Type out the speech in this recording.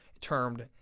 termed